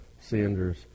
Sanders